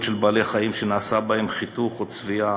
של בעלי-חיים שנעשה בהם חיתוך או צביעה,